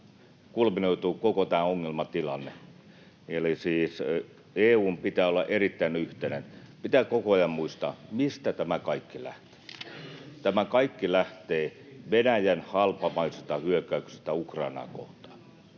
kulminoituu koko tämä ongelmatilanne, eli siis EU:n pitää olla erittäin yhtenäinen. Pitää koko ajan muistaa, mistä tämä kaikki lähtee: tämä kaikki lähtee Venäjän halpamaisesta hyökkäyksestä Ukrainaa kohtaan.